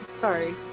Sorry